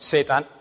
Satan